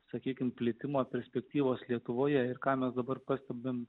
sakykime plitimo perspektyvos lietuvoje ir ką mes dabar pastebime